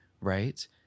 right